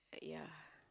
yeah